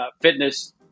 fitness